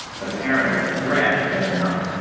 but apparently the threat had been enough.